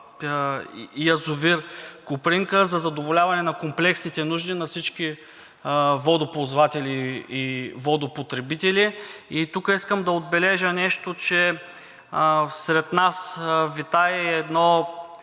в язовир „Копринка“ за задоволяване на комплексните нужди на всички водоползватели и водопотребители? И тук искам да отбележа нещо, че сред нас витае и едно